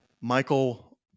Michael